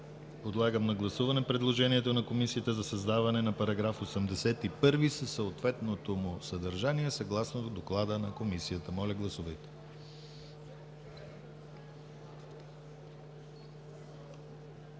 Подлагам на гласуване предложението на Комисията за създаване на § 81 със съответното му съдържание, съгласно доклада на Комисията. Моля гласувайте.